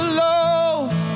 love